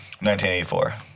1984